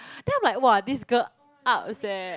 then I'm like !wow! this girl ups eh